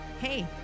hey